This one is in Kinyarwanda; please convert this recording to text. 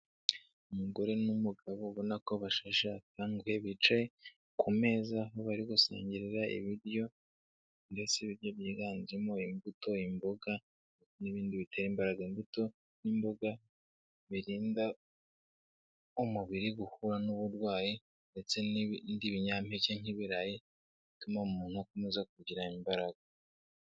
Umugore n'umugabo ubona ko bashashe akanguhe bicaye ku meza, aho bari gusangirira ibiryo ndetse byiganjemo imbuto, imboga n'ibindi bitera imbaraga, imbuto n'imboga birinda umubiri guhura n'uburwayi ndetse n'ibindi binyampeke nk'ibirayi bituma umuntu akomeza kugira imbaraga.